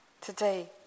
today